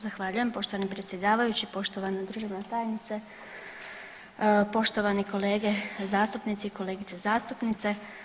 Zahvaljujem poštovani predsjedavajući, poštovana državna tajnice, poštovani kolege zastupnici i kolegice zastupnice.